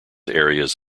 areas